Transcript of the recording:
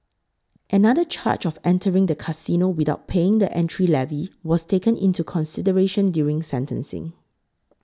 another charge of entering the casino without paying the entry levy was taken into consideration during sentencing